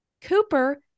Cooper